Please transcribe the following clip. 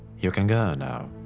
you can go now.